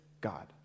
God